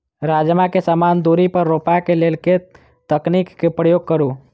राजमा केँ समान दूरी पर रोपा केँ लेल केँ तकनीक केँ प्रयोग करू?